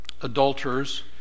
Adulterers